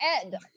ed